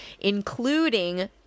Including